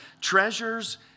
Treasures